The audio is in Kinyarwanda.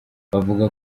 bavuga